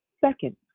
Second